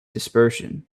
dispersion